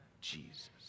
Jesus